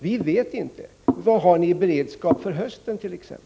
Vi vet inte. Vad har ni t.ex. i beredskap inför hösten?